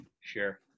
Sure